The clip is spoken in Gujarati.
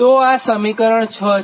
તો આ સમીકરણ 6 છે